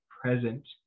present